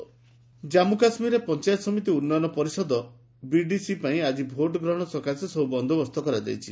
J and K BDC ଜାନ୍ପୁ କାଶ୍ମୀରରେ ପଞ୍ଚାୟତ ସମିତି ଉନ୍ନୟନ ପରିଷଦ ବିଡିସି ପାଇଁ ଆକି ଭୋଟ୍ ଗ୍ରହଣ ସକାଶେ ସବୁ ବନ୍ଦୋବସ୍ତ କରାଯାଇଛି